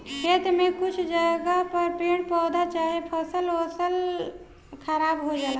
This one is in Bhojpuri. खेत में कुछ जगह पर पेड़ पौधा चाहे फसल ओसल खराब हो जाला